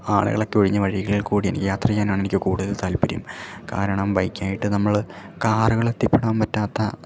ആളുകളൊക്കെ ഒഴിഞ്ഞ വഴികളില് കൂടി എനിക്ക് യാത്ര ചെയ്യാനാണ് എനിക്ക് കൂടുതൽ താല്പര്യം കാരണം ബൈക്കായിട്ട് നമ്മൾ കാറുകൾ എത്തിപ്പെടാൻ പറ്റാത്ത